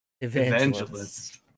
evangelist